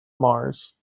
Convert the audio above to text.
mars